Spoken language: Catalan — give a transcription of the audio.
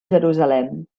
jerusalem